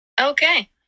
Okay